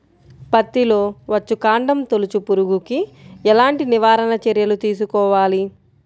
పత్తిలో వచ్చుకాండం తొలుచు పురుగుకి ఎలాంటి నివారణ చర్యలు తీసుకోవాలి?